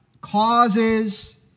causes